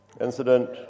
incident